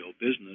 business